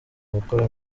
gukora